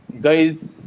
guys